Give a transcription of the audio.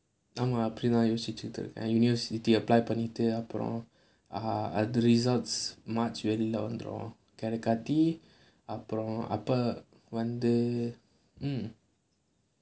அப்படி தான் யோசிச்சிட்டு இருக்கேன்:appadi thaan yosichchittu irukkaen university apply பண்ணிட்டு அப்புறம்:pannittu appuram other results much வெளில வந்துரும் கிடைக்காட்டி அப்புறம் அப்போ வந்து:velila vanthurum kidaikkaati appuram appo vanthu mm